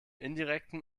indirekten